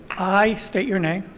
i state your name.